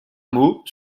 mot